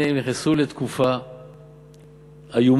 הנה, נכנסו לתקופה איומה,